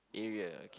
area